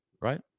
Right